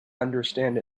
understand